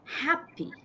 happy